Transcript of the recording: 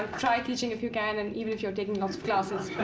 try teaching if you can, and even if you're taking lots of classes.